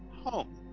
home